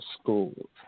schools